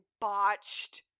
botched